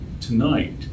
tonight